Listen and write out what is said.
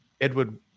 Edward